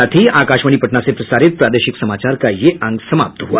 इसके साथ ही आकाशवाणी पटना से प्रसारित प्रादेशिक समाचार का ये अंक समाप्त हुआ